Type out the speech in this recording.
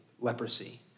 leprosy